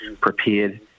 prepared